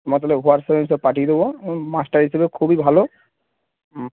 তোমার তাহলে হোয়াটসঅ্যাপে আমি সব পাঠিয়ে দেবো মাস্টার হিসেবে খুবই ভালো হুম